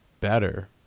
better